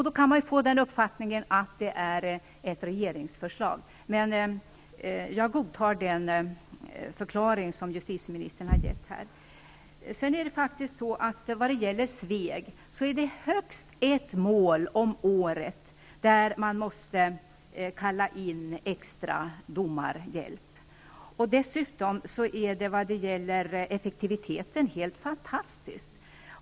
Då kan man få den uppfattningen att det är ett regeringsförslag, men jag godtar den förklaring som justitieministern har gett. När det gäller Sveg, är det i högst ett mål om året som de måste kalla in extra domarhjälp. Dessutom är effektiviteten helt fantastiskt.